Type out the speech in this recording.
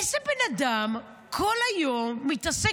איזה בן אדם כל היום מתעסק,